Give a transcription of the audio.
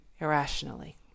irrationally